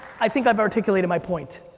i think i've articulated my point.